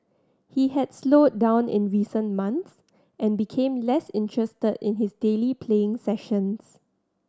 he had slowed down in recent months and became less interested in his daily playing sessions